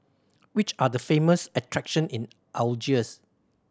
which are the famous attraction in Algiers